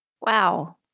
Wow